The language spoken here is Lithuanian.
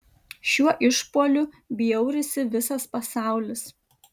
šiuo išpuoliu bjaurisi visas pasaulis